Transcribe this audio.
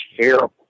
terrible